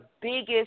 biggest